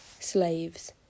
Slaves